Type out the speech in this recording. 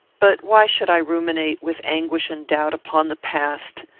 but why should i ruminate, with anguish and doubt, upon the past?